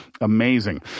Amazing